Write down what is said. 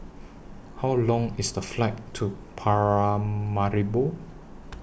How Long IS The Flight to Paramaribo